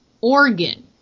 organ